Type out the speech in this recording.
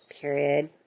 period